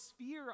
sphere